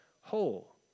whole